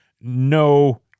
no